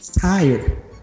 tired